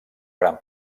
gran